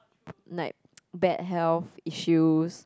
like bad health issues